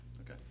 Okay